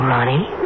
Ronnie